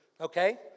Okay